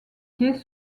quais